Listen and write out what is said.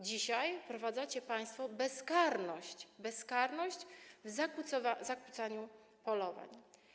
Dzisiaj wprowadzacie państwo bezkarność - bezkarność w zakłócaniu polowań.